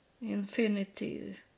infinity